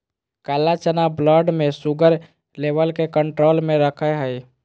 काला चना ब्लड में शुगर लेवल के कंट्रोल में रखैय हइ